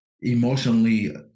emotionally